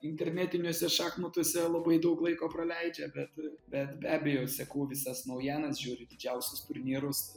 internetiniuose šachmatuose labai daug laiko praleidžia bet bet be abejo seku visas naujienas žiūriu didžiausius turnyrus